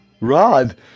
Rod